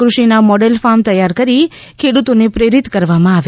કૃષિના model farm તૈયાર કરી ખેડૂતોને પ્રેરિત કરવામાં આવે